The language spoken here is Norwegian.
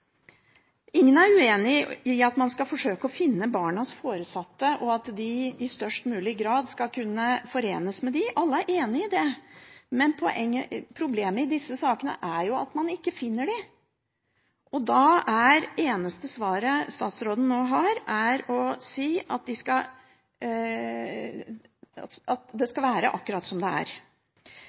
Ingen er uenig i at man skal forsøke å finne barnas foresatte, og at de i størst mulig grad skal kunne forenes med dem. Alle er enige i det, men problemet i disse sakene er jo at man ikke finner dem. Det eneste svaret statsråden nå har, er å si at det skal være akkurat som det er. Så sier statsråden at i den avtalen som nå er